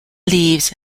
leaves